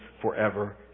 forever